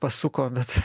pasuko bet